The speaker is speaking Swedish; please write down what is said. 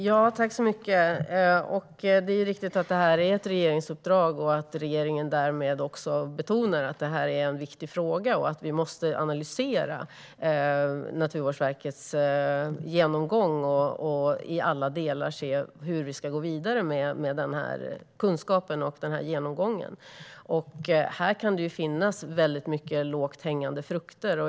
Herr talman! Det är riktigt att detta är ett regeringsuppdrag och att regeringen därmed betonar att frågan är viktig. Vi måste analysera Naturvårdsverkets genomgång i alla delar och se hur vi ska gå vidare med kunskapen. Här kan det finnas många lågt hängande frukter.